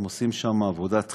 הם עושים שם עבודת חסד,